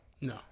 No